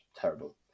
Terrible